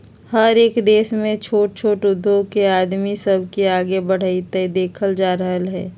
हरएक देश में छोट छोट उद्धोग से आदमी सब के आगे बढ़ईत देखल जा रहल हई